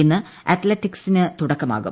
ഇന്ന് അത്ലറ്റിക്സിന് തുടക്കമാകും